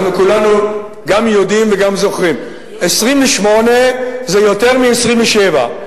אנחנו כולנו גם יודעים וגם זוכרים: 28 זה יותר מ-27.